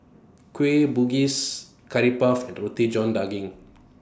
Kueh Bugis Curry Puff and Roti John Daging